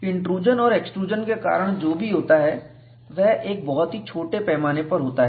intrusion और extrusion के कारण जो भी होता है वह एक बहुत ही छोटे पैमाने पर होता है